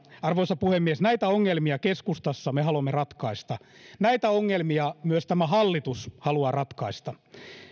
arvoisa puhemies näitä ongelmia me keskustassa haluamme ratkaista näitä ongelmia myös tämä hallitus haluaa ratkaista